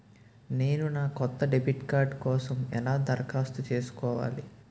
నేను నా కొత్త డెబిట్ కార్డ్ కోసం ఎలా దరఖాస్తు చేసుకోవాలి?